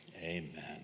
Amen